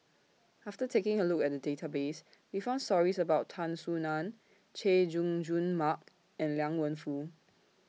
after taking A Look At The Database We found stories about Tan Soo NAN Chay Jung Jun Mark and Liang Wenfu